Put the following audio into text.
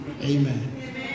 Amen